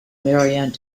marianne